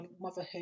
motherhood